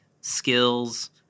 skills